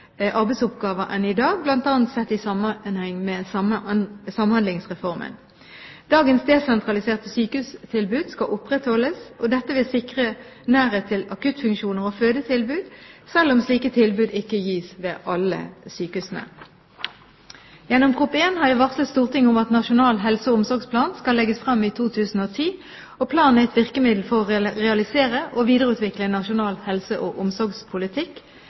arbeidsoppgaver enn i dag, bl.a. sett i sammenheng med Samhandlingsreformen. Dagens desentraliserte sykehustilbud skal opprettholdes. Dette vil sikre nærhet til akuttfunksjoner og fødetilbud, selv om slike tilbud ikke gis ved alle sykehusene. Gjennom Prop. 1 S har jeg varslet Stortinget om at Nasjonal helse- og omsorgsplan skal legges frem i 2010. Planen er et virkemiddel for å realisere og videreutvikle nasjonal helse- og omsorgspolitikk.